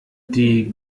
die